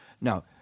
Now